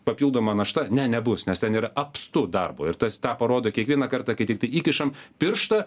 papildoma našta ne nebus nes ten yra apstu darbo ir tas tą parodo kiekvieną kartą kai tiktai įkišam pirštą